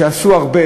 עשו הרבה,